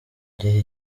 gihe